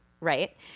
right